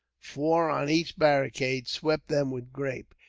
four on each barricade, swept them with grape.